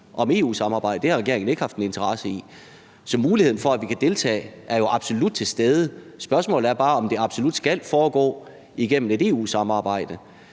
om EU-samarbejdet. Det har regeringen ikke haft nogen interesse i. Så muligheden for, at vi kan deltage, er jo absolut til stede. Spørgsmålet er bare, om det absolut skal foregå igennem et EU-samarbejde.